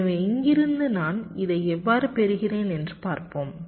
எனவே இங்கிருந்து நான் இதை எவ்வாறு பெறுகிறேன் என்று பார்ப்போம்